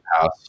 house